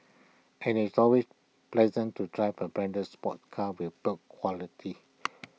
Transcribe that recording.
and IT is always pleasant to drive A branded sports car with build quality